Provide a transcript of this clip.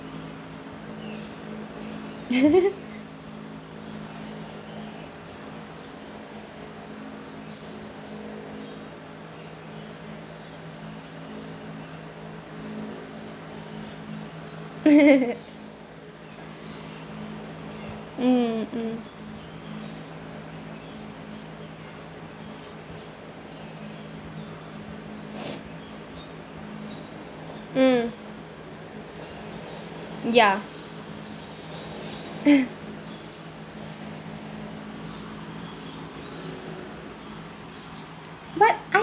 mm mm mm ya but I